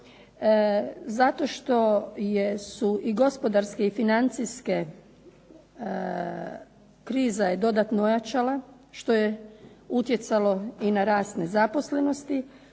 zato što su i gospodarske i financijske kriza je dodatno ojačala što je utjecalo i na rast nezaposlenosti.